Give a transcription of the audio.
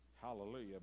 Hallelujah